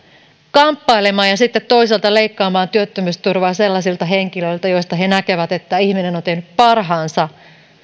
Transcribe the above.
kamppailemaan ja sitten toisaalta leikkaamaan työttömyysturvaa sellaisilta henkilöiltä joista he näkevät että ihminen on tehnyt parhaansa